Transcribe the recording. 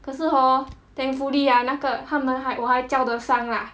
可是 hor thankfully ah 那个他们我还我还教得上 lah